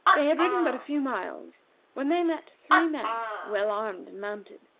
they had ridden but a few miles when they met three men, well armed and mounted.